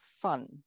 fun